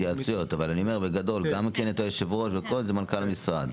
אבל בגדול גם היושב-ראש והכול זה מנכ"ל המשרד.